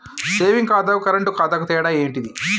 Saving ఖాతాకు current ఖాతాకు తేడా ఏంటిది?